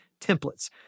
templates